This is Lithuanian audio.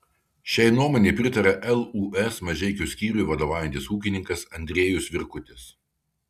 šiai nuomonei pritaria lūs mažeikių skyriui vadovaujantis ūkininkas andriejus virkutis